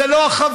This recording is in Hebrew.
זו לא החברות,